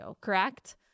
correct